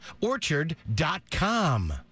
Orchard.com